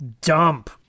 dump